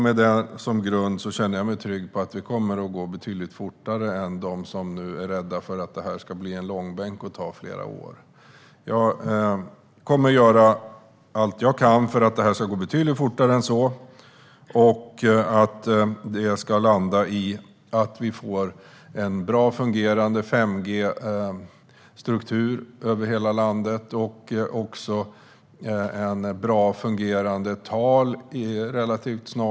Med detta som grund känner jag mig trygg med att det kommer att gå betydligt fortare än vad som befaras av dem som är rädda för att detta ska bli en långbänk och ta flera år. Jag kommer att göra allt jag kan för att detta ska gå betydligt fortare än så och för att det ska landa i att vi får en väl fungerande 5G-struktur över hela landet och även, relativt snart, väl fungerande tal inom 4G.